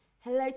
Hello